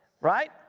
Right